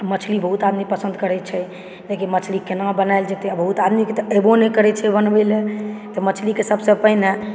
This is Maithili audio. मछली बहुत आदमी पसन्द करै छी लेकिन मछली केना बनायल जेतै और बहुत आदमीके तऽ एबो नहि करै छै बनबै लए तऽ मछलीके सबसे पहिने